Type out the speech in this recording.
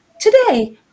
today